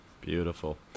beautiful